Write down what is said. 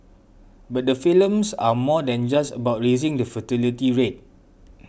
but the films are more than just about raising the fertility rate